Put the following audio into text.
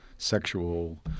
Sexual